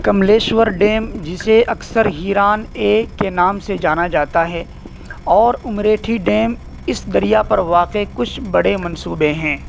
Kamleshwar dam جسے اکثر ہیران اے کے نام سے جانا جاتا ہے اور عمریٹھی ڈیم اس دریا پر واقع کچھ بڑے منصوبے ہیں